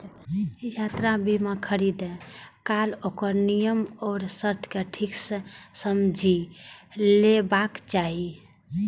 यात्रा बीमा खरीदै काल ओकर नियम आ शर्त कें ठीक सं समझि लेबाक चाही